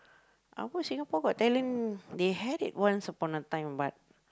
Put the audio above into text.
our Singapore-Got-Talent they had it once upon a time but